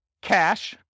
cash